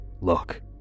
Look